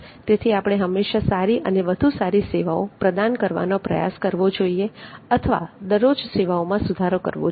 તેથી આપણે હંમેશા સારી અને વધુ સારી સેવાઓ પ્રદાન કરવાનો પ્રયાસ કરવો જોઈએ અથવા દરરોજ સેવાઓમાં સુધારો કરવો જોઈએ